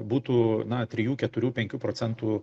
būtų na trijų keturių penkių procentų